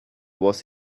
was